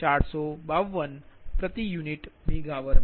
452 પ્રતિ યુનિટ મેગાવર